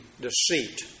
deceit